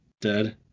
dead